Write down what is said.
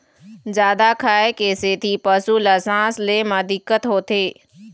जादा खाए के सेती पशु ल सांस ले म दिक्कत होथे